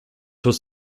was